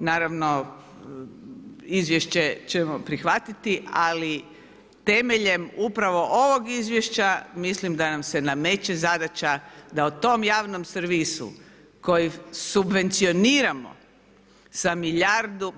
Naravno izvješće ćemo prihvatiti ali temeljem upravo ovog izvješća, mislim da nam se nameće zadaća da o tom javnom servisu koji subvencioniramo sa